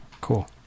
cool